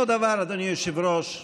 אותו דבר, אדוני היושב-ראש,